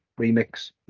remix